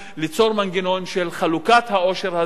ליצור מנגנון של חלוקת העושר הזה,